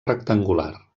rectangular